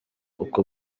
uko